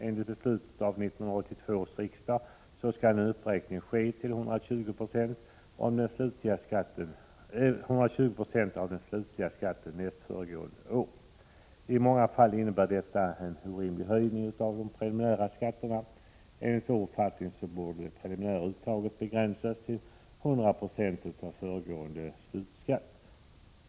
Enligt beslut av 1982 års riksdag skall en uppräkning ske till 120 26 av den slutliga skatten nästföregående år. I många fall innebär detta en orimlig höjning av de preliminära skatterna. Enligt vår uppfattning borde det preliminära uttaget begränsas till 100 96 av föregående slutskatt.